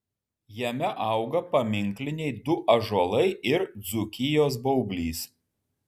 jame auga paminkliniai du ąžuolai ir dzūkijos baublys